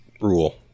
rule